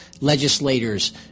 legislators